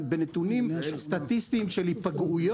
בנתונים סטטיסטיים של היפגעויות,